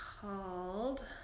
called